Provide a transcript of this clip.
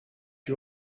you